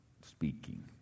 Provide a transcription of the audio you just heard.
speaking